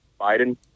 Biden